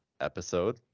Episode